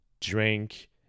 drink